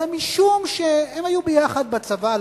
אלא משום שהם היו ביחד בצבא.